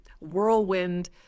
whirlwind